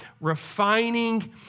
refining